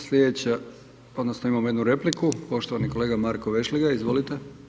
Sljedeća, odnosno imamo jednu repliku, poštovani kolega Marko Vešligaj, izvolite.